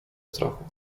strachu